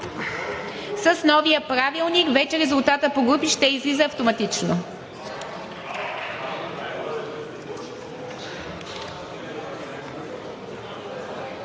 С новия правилник вече резултатът по групи ще излиза автоматично.